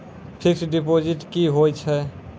Fixed deposit की होय छै?